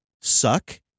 suck